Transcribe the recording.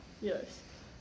Yes